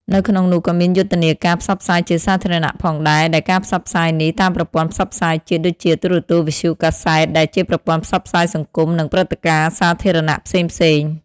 នៅក្នងនោះក៏មានយុទ្ធនាការផ្សព្វផ្សាយជាសាធារណៈផងដែរ ដែលការផ្សព្វផ្សាយនេះតាមប្រព័ន្ធផ្សព្វផ្សាយជាតិ ដូចជា ទូរទស្សន៍ វិទ្យុ កាសែត ដែលជាប្រព័ន្ធផ្សព្វផ្សាយសង្គម និងព្រឹត្តិការណ៍សាធារណៈផ្សេងៗ។